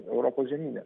europos žemyne